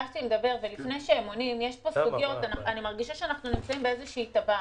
לפני שהם עונים, אני מרגישה שאנחנו נמצאים בטבעת.